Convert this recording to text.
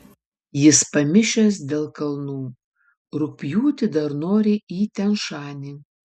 jis pamišęs dėl kalnų rugpjūtį dar nori į tian šanį